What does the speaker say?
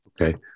Okay